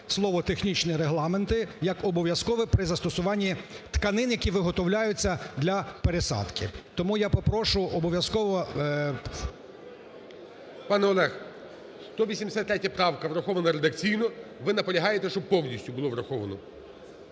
слово "технічні регламенти" як обов'язкове при застосуванні тканин, які виготовляються для пересадки. Тому я попрошу обов'язково… ГОЛОВУЮЧИЙ. Пане Олег, 183 правка врахована редакційно. Ви наполягаєте, щоб повністю було враховано.